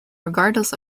regardless